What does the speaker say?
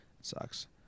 sucks